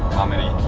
comedy.